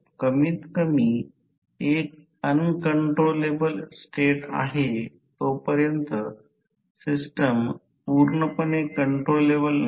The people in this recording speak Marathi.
तर उदाहरणार्थ उदाहरणार्थ समजा 500 KVA आणि पॉवर फॅक्टर दिले असल्यास आम्ही P fl शोधू